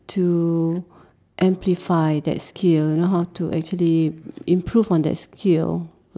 to amplify that skill you know how to actually improve on that skill